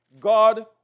God